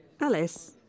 Alice